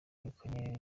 yirukanye